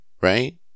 Right